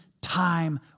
time